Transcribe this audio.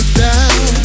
down